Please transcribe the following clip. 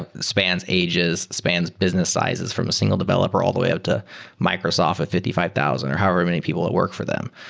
spans ages, spans business sizes from a single developer all the way out to microsoft of fifty five thousand or however many people that work for them.